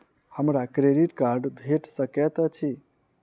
हमरा credit card भेट सकैत अछि?